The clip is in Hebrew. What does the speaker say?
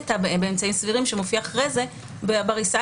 אין "באמצעים סבירים" שמופיע אחרי זה ב ---.